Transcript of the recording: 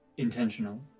Intentional